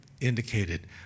indicated